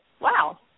wow